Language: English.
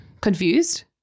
Confused